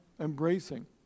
embracing